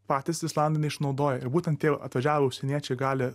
patys islandai neišnaudoja ir būtent tie atvažiavę užsieniečiai gali